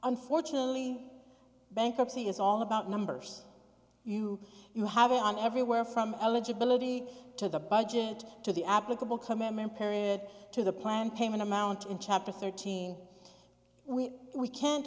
unfortunately bankruptcy is all about numbers you you have on everywhere from eligibility to the budget to the applicable come in period to the plan payment amount in chapter thirteen we we can't